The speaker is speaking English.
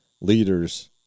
leaders